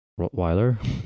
Rottweiler